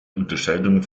unterscheidung